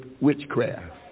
witchcraft